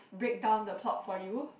break down the plot for you